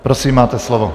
Prosím, máte slovo.